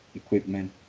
equipment